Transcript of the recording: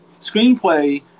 screenplay